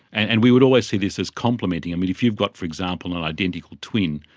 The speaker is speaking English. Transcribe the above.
and and we would always see this as complementing, i mean, if you've got, for example, an identical twin,